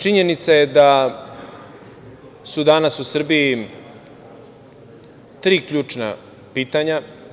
Činjenica je da su danas u Srbiji tri ključna pitanja.